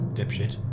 Dipshit